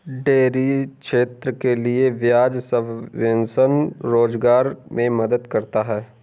dairy क्षेत्र के लिये ब्याज सबवेंशन रोजगार मे मदद करता है